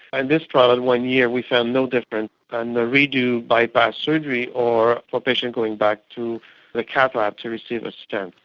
and this trial in one year we found no difference in and the re-do bypass surgery or a patient going back to the cath lab to receive a stent.